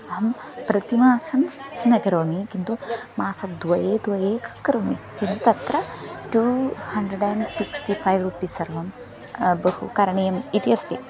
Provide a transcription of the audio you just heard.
अहं प्रतिमासं न करोमि किन्तु मासद्वये द्वये क् करोमि किं तत्र two hundred and sixty five rupee सर्वं बहु करणीयम् इति अस्ति